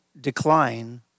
decline